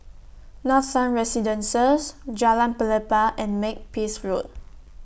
Nathan Residences Jalan Pelepah and Makepeace Road